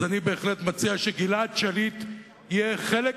אז אני בהחלט מציע שגלעד שליט יהיה חלק